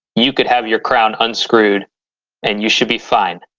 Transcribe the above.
you could have your crown unscrewed and you should be fine.